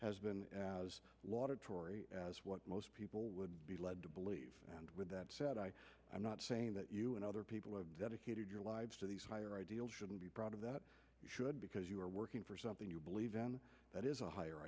tory as what most people would be led to believe and with that said i i'm not saying that you and other people who have dedicated your lives to these higher ideals shouldn't be proud of that you should because you are working for something you believe then that is a higher